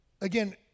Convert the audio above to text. again